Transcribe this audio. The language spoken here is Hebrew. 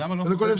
למה לא אפשרי?